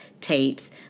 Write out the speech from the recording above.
tapes